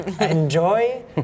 enjoy